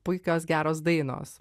puikios geros dainos